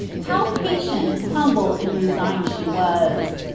how patient, humble, and resigned she was.